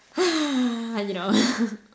!hais! you know